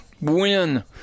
win